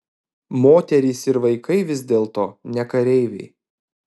moterys ir vaikai vis dėlto ne kareiviai